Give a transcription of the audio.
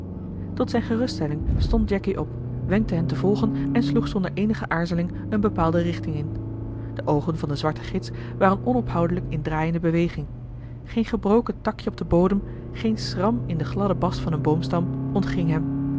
tot zijne geruststelling stond jacky op wenkte hen te volgen en sloeg zonder eenige aarzeling eene bepaalde richting in de oogen van den zwarten gids waren onophoudelijk in draaiende beweging geen gebroken takje op den bodem geen schram in den gladden bast van een boomstam